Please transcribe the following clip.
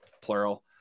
plural